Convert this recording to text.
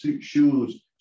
shoes